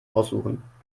aussuchen